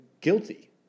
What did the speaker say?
guilty